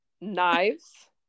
knives